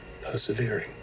persevering